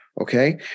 Okay